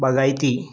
बागायती